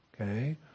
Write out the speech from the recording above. Okay